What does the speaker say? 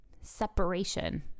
separation